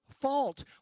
fault